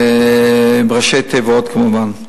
בראשי תיבות כמובן,